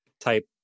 type